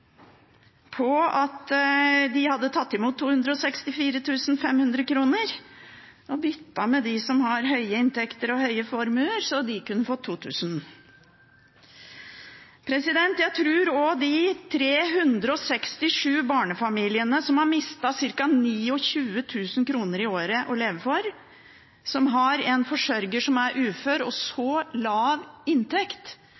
på at de hadde tatt imot 264 500 kr, og så kunne de som har høye inntekter og høye formuer, fått 2 000 kr. 367 barnefamilier har mistet ca. 29 000 kr i året å leve for. De har en forsørger som er ufør, og